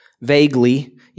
vaguely